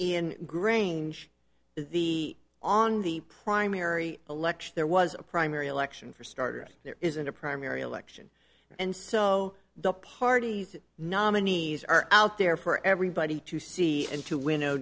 in grange the on the primary election there was a primary election for starters there isn't a primary election and so the party's nominees are out there for everybody to see and to winnow